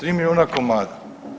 3 milijuna komada.